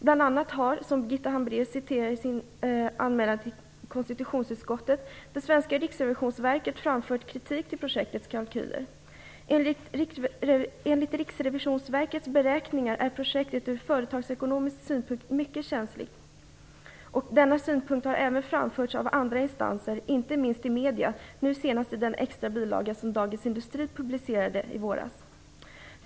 Bl.a. har, som Birgitta Hambraeus hänvisar till i sin anmälan till konstitutionsutskottet, det svenska riksrevisionsverket framfört kritik mot projektets kalkyler. Enligt Riksrevisionsverkets beräkningar är projektet ur företagsekonomisk synpunkt mycket känsligt. Denna uppfattning har framförts även av andra instanser, inte minst via medier, senast i den extra bilaga som Dagens Industri publicerade i våras.